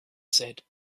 said